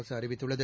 அரசு அறிவித்துள்ளது